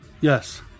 Yes